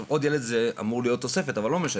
עכשיו, עוד ילד זה אמור להיות תוספת, אבל לא משנה.